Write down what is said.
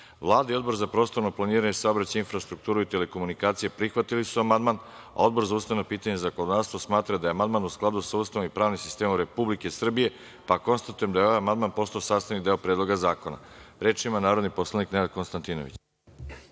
i Odbor za prostorno planiranje, saobraćaj, infrastrukturu i telekomunikacije prihvatili su amandman, a Odbor za ustavna pitanja i zakonodavstvo smatra da je amandman u skladu sa Ustavom i pravnim sistemom Republike Srbije, pa konstatujem da je ovaj amandman postao sastavni deo Predloga zakona. Reč ima narodni poslanik Nenad Konstantinović.